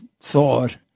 thought